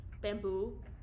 bamboo